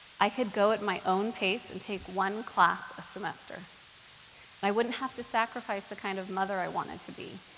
i could go at my own pace and take one class a semester. and i wouldn't have to sacrifice the kind of mother i wanted to be.